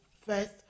first